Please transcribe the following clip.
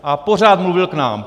A pořád mluvil k nám.